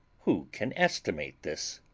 who can estimate this?